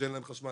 שאין להם חשמל.